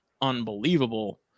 unbelievable